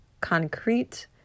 concrete